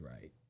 right